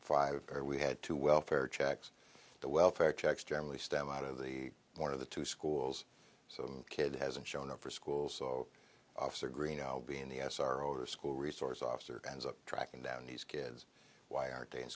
five we had to welfare checks the welfare checks generally stem out of the one of the two schools so the kid hasn't shown up for school so officer green i'll be in the us are over school resource officer kinds of tracking down these kids why aren't they in